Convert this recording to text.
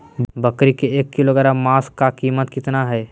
बकरी के एक किलोग्राम मांस का कीमत कितना है?